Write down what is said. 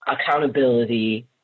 accountability